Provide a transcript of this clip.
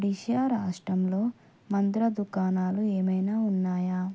ఒడిశా రాష్ట్రంలో మందుల దుకాణాలు ఏమైనా ఉన్నాయా